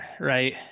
Right